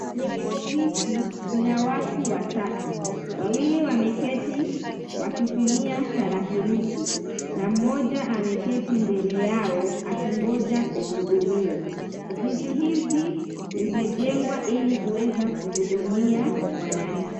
Kwenye ofisi kuna watu watatu. Wawili wameketi wakitumia tarakilishi na mmoja ameketi mbele yao akingoja kuhudumiwa. Ofisi hizi zimejengwa ili kuweza kuhudumia wananchi.